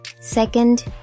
second